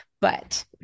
But-